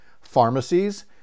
pharmacies